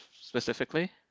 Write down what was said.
specifically